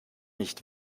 nicht